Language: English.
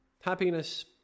happiness